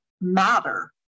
matter